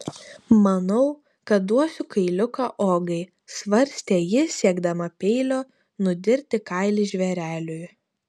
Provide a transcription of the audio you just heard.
manau kad duosiu kailiuką ogai svarstė ji siekdama peilio nudirti kailį žvėreliui